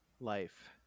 life